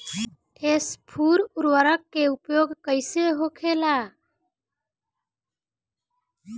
स्फुर उर्वरक के उपयोग कईसे होखेला?